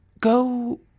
go